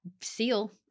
seal